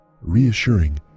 Reassuring